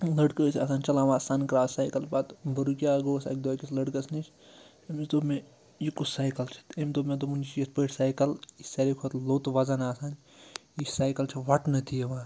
لٔڑکہٕ ٲسۍ آسان چَلاوان سَن کرٛاس سایکَل پَتہٕ بہٕ رُکیٛاس گوس اَکہِ دۄہ أکِس لٔڑکَس نِش أمِس دوٚپ مےٚ یہِ کُس سایکَل چھُ تہٕ أمۍ دۄپ مےٚ دوٚپُن یہِ چھُ یِتھ پٲٹھۍ سایکَل یہِ چھِ ساروی کھۄتہٕ لوٚت وزَن آسان یہِ سایکَل چھِ وَٹنہٕ تہِ یِوان